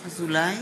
אזולאי?